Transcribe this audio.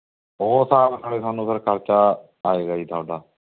ਉਹ ਹਿਸਾਬ ਨਾਲ਼ ਹੈ ਤੁਹਾਨੂੰ ਫਿਰ ਖਰਚਾ ਆਏਗਾ ਜੀ ਤੁਹਾਡਾ